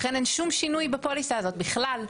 לכן אין שום שינוי בפוליסה הזאת בכלל,